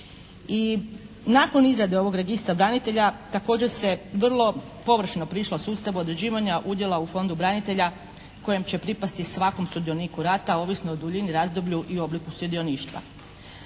I nakon izrade ovog registra branitelja također se vrlo površno prišlo sustavu određivanja udjela u Fondu branitelja kojem će pripasti svakom sudioniku rata ovisno o duljini, razdoblju i obliku sudioništva.